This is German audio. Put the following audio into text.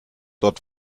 dort